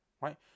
right